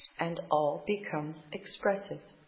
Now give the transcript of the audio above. and all becomes expressive.